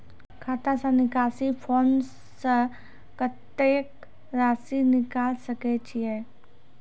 खाता से निकासी फॉर्म से कत्तेक रासि निकाल सकै छिये?